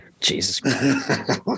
Jesus